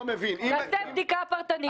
תעשה בדיקה פרטנית,